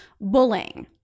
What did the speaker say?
bullying